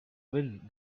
wind